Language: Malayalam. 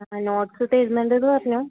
ആ നോട്ട്സ് തരുന്നുണ്ടെന്ന് പറഞ്ഞു